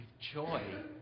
joy